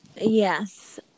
Yes